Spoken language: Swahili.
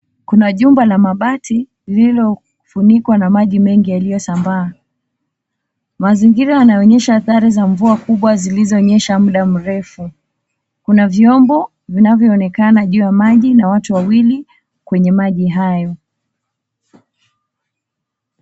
Kuna jumba la mabati lililofunikwa na maji mengi yaliyosambaa. Mazingira yanaonyesha hatari za mvua kubwa zilizonyesha muda mrefu. Kuna vyombo vinavyoonekana juu ya maji na watu wawili kwenye maji hayo.